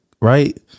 Right